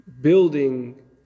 building